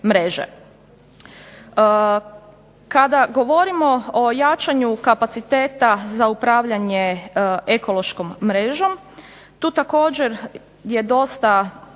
Kada govorimo o jačanju kapaciteta za upravljanje ekološkom mrežom tu također je dosta